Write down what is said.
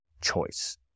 choice